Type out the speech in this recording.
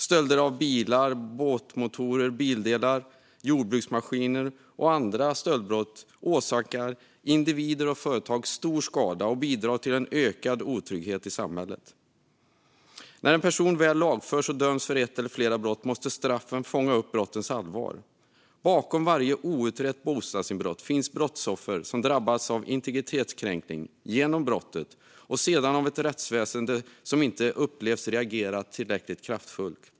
Stölder av bilar, båtmotorer, bildelar och jordbruksmaskiner åsamkar, liksom andra stöldbrott, individer och företag stor skada och bidrar till ökad otrygghet i samhället. När en person väl lagförs och döms för ett eller flera brott måste straffen fånga upp brottens allvar. Bakom varje outrett bostadsinbrott finns brottsoffer som drabbats av en integritetskränkning genom brottet och sedan möter ett rättsväsen som inte upplevs reagera tillräckligt kraftfullt.